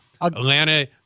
Atlanta